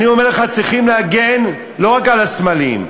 אני אומר לך: צריכים להגן לא רק על הסמלים,